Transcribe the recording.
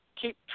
keep